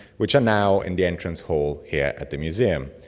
which are now in the entrance hall here at the museum.